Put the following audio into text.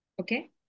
Okay